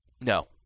No